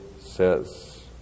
says